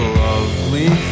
lovely